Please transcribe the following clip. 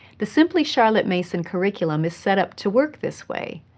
the simply charlotte mason curriculum is set up to work this way.